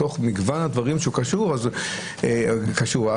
בתוך מגוון הדברים שהוא קשור אליהם --- באותה